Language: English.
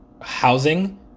housing